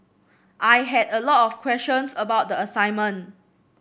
I had a lot of questions about the assignment